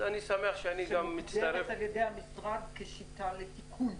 שמוגדרת על ידי המשרד כשיטה לתיקון.